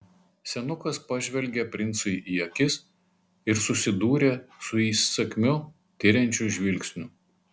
senukas pažvelgė princui į akis ir susidūrė su įsakmiu tiriančiu žvilgsniu